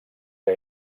que